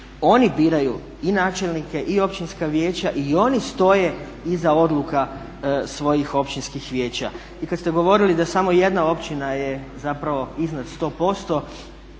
oni biraju i načelnike, i općinska vijeća i oni stoje iza odluka svojih općinskih vijeća. I kad ste govorili da samo jedna općina je zapravo iznad 100%